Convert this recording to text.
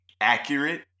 accurate